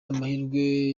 amahirwe